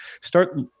start